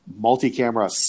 multi-camera